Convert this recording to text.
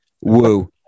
Woo